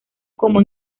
como